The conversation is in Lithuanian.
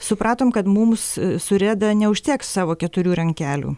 supratom kad mums su reda neužteks savo keturių rankelių